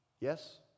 Yes